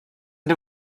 and